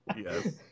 Yes